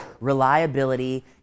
reliability